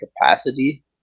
capacity